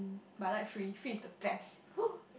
but I like free free is the best !whoo!